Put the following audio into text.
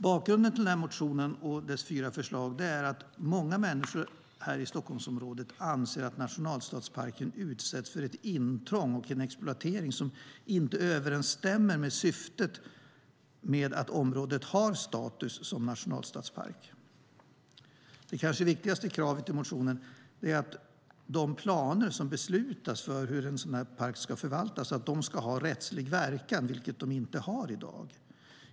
Bakgrunden till motionen och dess fyra förslag är att många människor här i Stockholmsområdet anser att nationalstadsparken utsätts för ett intrång och en exploatering som inte överensstämmer med syftet med att området har status som nationalstadspark. Det kanske viktigaste kravet i motionen är att de planer som beslutas för hur en sådan park ska förvaltas ska ha rättslig verkan, vilket de inte har i dag.